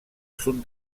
sud